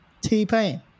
T-Pain